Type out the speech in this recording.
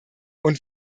und